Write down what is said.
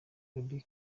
gaby